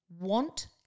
want